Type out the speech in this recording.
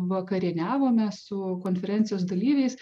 vakarieniavome su konferencijos dalyviais